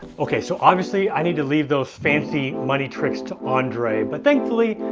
okay, so obviously i need to leave those fancy money tricks to andre, but thankfully,